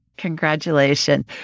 Congratulations